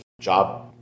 job